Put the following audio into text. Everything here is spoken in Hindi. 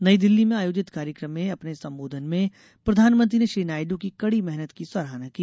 नई दिल्ली में आयोजित कार्यक्रम में अपने संबोधन में प्रधानमंत्री ने श्री नायड् की कड़ी मेहनत की सराहना की